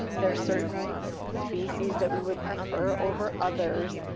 there are certain species that we would prefer over others.